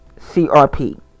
CRP